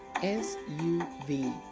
S-U-V